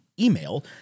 email